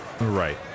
Right